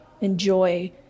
enjoy